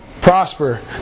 prosper